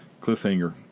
Cliffhanger